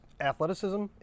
athleticism